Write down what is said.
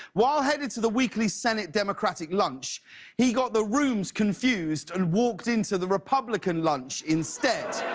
while headed to the weekly senate democratic lunch he got the rooms confused and walked into the republican lunch instead.